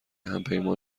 همپیمان